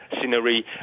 scenery